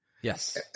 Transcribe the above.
yes